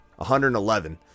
111